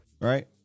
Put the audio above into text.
right